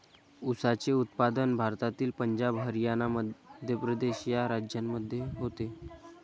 ऊसाचे उत्पादन भारतातील पंजाब हरियाणा मध्य प्रदेश या राज्यांमध्ये होते